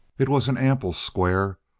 it was an ample square,